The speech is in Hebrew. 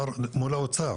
הכוללנית אושרה.